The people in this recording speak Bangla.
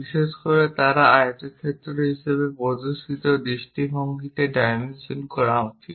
বিশেষ করে তারা আয়তক্ষেত্র হিসাবে প্রদর্শিত দৃষ্টিভঙ্গিতে ডাইমেনশন করা উচিত